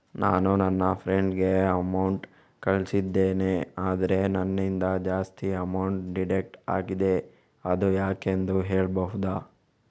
ನಾನು ನನ್ನ ಫ್ರೆಂಡ್ ಗೆ ಅಮೌಂಟ್ ಕಳ್ಸಿದ್ದೇನೆ ಆದ್ರೆ ನನ್ನಿಂದ ಜಾಸ್ತಿ ಅಮೌಂಟ್ ಡಿಡಕ್ಟ್ ಆಗಿದೆ ಅದು ಯಾಕೆಂದು ಹೇಳ್ಬಹುದಾ?